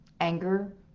anger